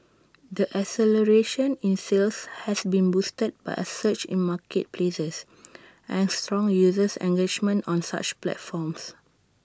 the acceleration in sales has been boosted by A surge in marketplaces and strong user engagement on such platforms